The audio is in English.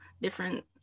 different